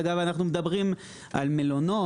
אנחנו מדברים על מלונות,